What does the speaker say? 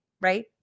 right